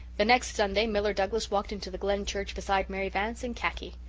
the next sunday miller douglas walked into the glen church beside mary vance in khaki.